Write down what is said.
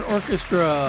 Orchestra